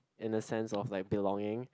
in the sense of like belonging